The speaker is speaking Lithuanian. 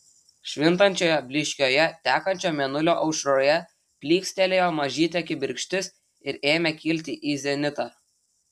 švintančioje blyškioje tekančio mėnulio aušroje plykstelėjo mažytė kibirkštis ir ėmė kilti į zenitą